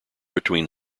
between